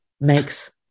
makes